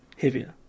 heavier